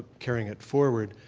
carrying it forward.